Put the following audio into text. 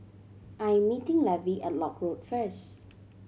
I'm meeting Levy at Lock Road first